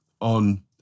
on